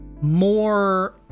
more